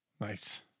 Nice